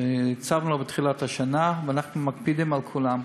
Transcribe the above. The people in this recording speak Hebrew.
הצבנו אותו בתחילת השנה, ואנחנו מקפידים עם כולם.